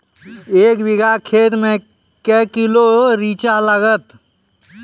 एक बीघा खेत मे के किलो रिचा लागत?